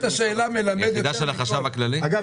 הוא יחידה של החשב הכללי במשרד האוצר.